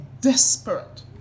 desperate